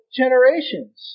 generations